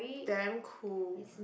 damn cool